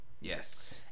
yes